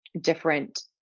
different